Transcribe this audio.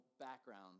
background